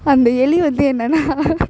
அந்த எலி வந்து என்னன்னா